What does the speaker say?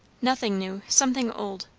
nothing new. something old.